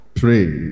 pray